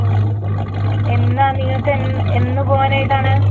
എന്നാൽ നിങ്ങൾക്ക് എന്ന് എന്ന് പോവാനായിട്ടാണ്